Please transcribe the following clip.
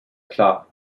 klar